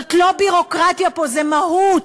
זאת לא ביורוקרטיה פה, זו מהות,